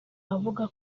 avuga